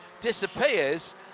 disappears